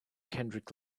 kendrick